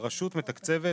הרשות מתקצבת